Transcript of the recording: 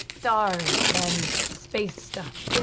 stars and space stuff.